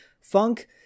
Funk